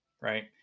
right